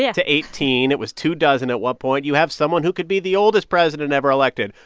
yeah to eighteen. it was two dozen at one point. you have someone who could be the oldest president ever elected,